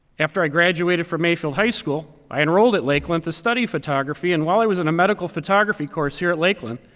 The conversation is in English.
after i graduated from mayfield high school, i enrolled at lakeland to study photography. and while i was in a medical photography course here at lakeland,